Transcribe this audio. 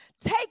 Take